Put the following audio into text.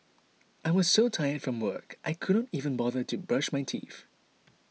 I was so tired from work I could not even bother to brush my teeth